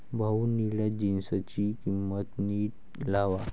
भाऊ, निळ्या जीन्सची किंमत नीट लावा